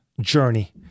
journey